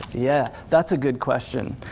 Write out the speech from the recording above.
yeah that's a good question.